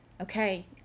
okay